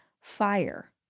fire